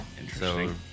Interesting